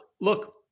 look